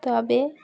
তবে